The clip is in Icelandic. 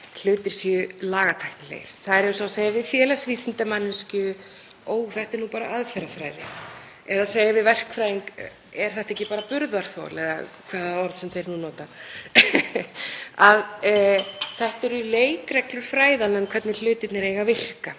hlutir séu lagatæknilegir. Það er eins og að segja við félagsvísindamanneskju: Ó, þetta er nú bara aðferðafræði. Eða að segja við verkfræðing: Er þetta ekki bara burðarþol? Eða hvaða orð sem þeir nú nota. Þetta eru leikreglur fræðanna um hvernig hlutirnir eiga að virka